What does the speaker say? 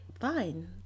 Fine